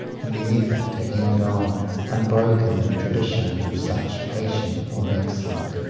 in the effort to hand on unbroken the tradition of such fashion or accent.